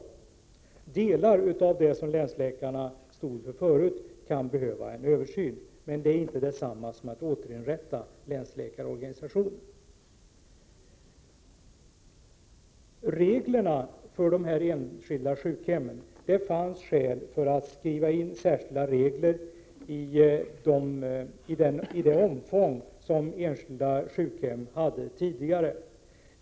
Vissa delar av det arbete som länsläkarna stod för förut kan behöva en översyn. Men det är inte detsamma som att man skall återinrätta länsläkarorganisationen. Det fanns skäl att ha särskilda regler i den omfattning som man hade för de enskilda sjukhemmen.